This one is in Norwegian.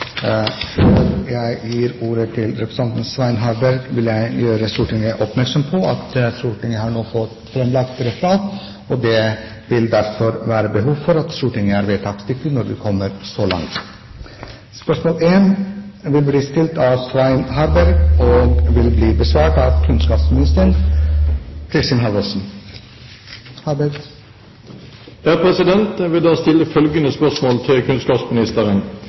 representanten Svein Harberg, vil jeg gjøre Stortinget oppmerksom på at Stortinget nå har fått framlagt referat. Det vil derfor være behov for at Stortinget er vedtaksdyktig når vi kommer så langt. Jeg vil da stille følgende spørsmål til kunnskapsministeren: «Den 1. januar 2010 ble rentekompensasjonsordningen for skoler utvidet til også å gjelde privat drevne skoler. Retningslinjer for tildeling er ikke kommet på plass. Husbanken bruker «forslag til